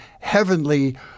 heavenly